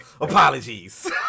Apologies